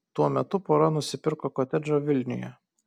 tuo metu pora nusipirko kotedžą vilniuje